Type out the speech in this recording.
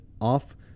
off